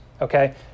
Okay